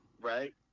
Right